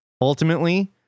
ultimately